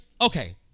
okay